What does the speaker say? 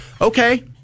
Okay